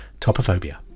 Topophobia